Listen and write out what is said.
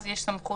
אז יש סמכות.